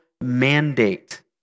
mandate